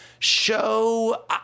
Show